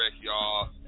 y'all